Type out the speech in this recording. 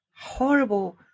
horrible